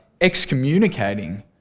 excommunicating